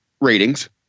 ratings